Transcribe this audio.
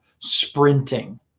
sprinting